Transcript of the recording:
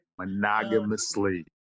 Monogamously